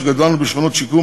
שגדלנו בשכונות שיקום,